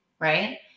right